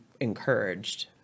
encouraged